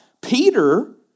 Peter